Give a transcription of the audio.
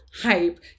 hype